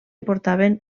portaven